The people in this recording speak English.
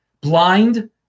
blind